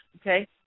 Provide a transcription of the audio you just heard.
okay